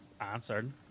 answered